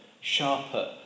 sharper